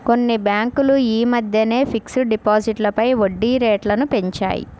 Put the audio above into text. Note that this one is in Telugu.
కొన్ని బ్యేంకులు యీ మద్దెనే ఫిక్స్డ్ డిపాజిట్లపై వడ్డీరేట్లను పెంచాయి